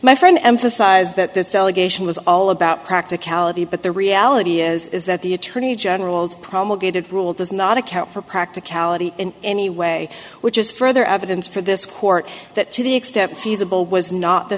my friend emphasize that this delegation was all about practicality but the reality is that the attorney general's promulgated rule does not account for practicality in any way which is further evidence for this court that to the extent feasible was not the